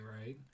right